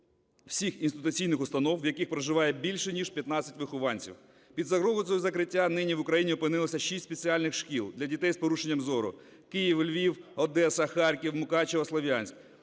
всіх інституційних установ, в яких проживає більше ніж 15 вихованців. Під загрозою закриття нині в Україні опинилося шість спеціальних шкіл для дітей з порушенням зору – в Київ, Львів, Одеса, Харків, Мукачево, Слов'янськ.